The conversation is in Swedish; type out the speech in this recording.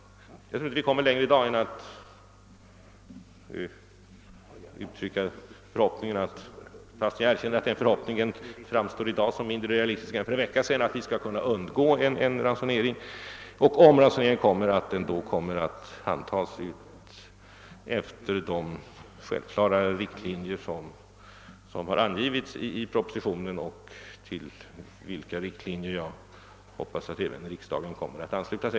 Jag tror att vi just nu inte kan komma längre än till att uttrycka förhoppningen att vi skall undgå en ransonering — men jag erkänner att det i dag framstår som mindre realistiskt än för en vecka sedan — och att ransoneringen, om den kommer, skall tillämpas efter de självklara riktlinjer som har angivits i propositionen och till vilka jag hoppas att riksdagen kommer att ansluta sig.